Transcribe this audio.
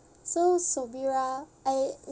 so sovira I